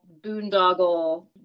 boondoggle